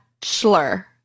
Bachelor